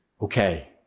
Okay